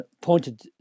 pointed